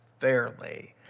fairly